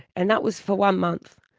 and that was for one month.